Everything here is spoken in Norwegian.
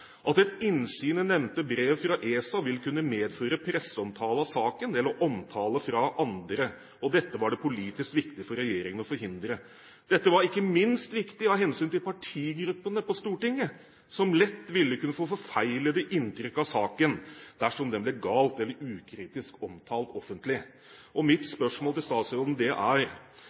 nevnte brev fra ESA vil kunne medføre presseomtale av saken eller omtale av den fra andre, og dette var det politisk viktig for regjeringen å forhindre. Dette var ikke minst viktig av hensyn til partigruppene på Stortinget, som lett ville kunne få forfeilede inntrykk av saken dersom den ble galt eller ukritisk omtalt offentlig.» Mitt spørsmål til statsråden er: Er